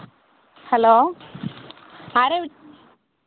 hello ആരാണ് വിളിക്കുന്നത്